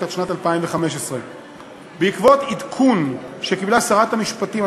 עד שנת 2015. בעקבות עדכון שקיבלה שרת המשפטים על